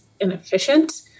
inefficient